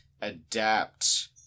adapt